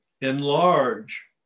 Enlarge